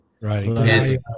right